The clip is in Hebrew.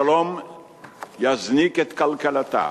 השלום יזניק את כלכלתה,